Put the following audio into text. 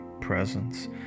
presence